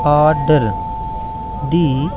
order दी